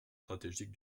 stratégiques